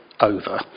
over